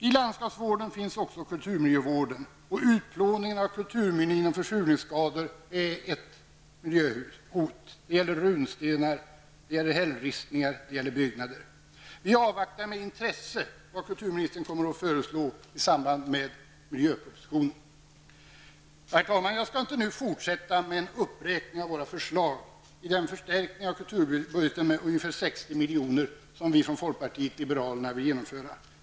I landskapsvården finns också kulturmiljövården, och utplåningen av kulturminnen genom försurningsskador är ett miljöhot -- det gäller runstenar, hällristningar och byggnader. Vi avvaktar med intresse vad kulturministern kommer att föreslå i samband med miljöpropositionen. Herr talman! Jag skall inte nu fortsätta med en uppräkning av våra förslag i den förstärkning av kulturbudgeten med ungefär 60 milj.kr. som vi från folkpartiet liberalerna vill genomföra.